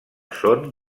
són